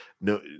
No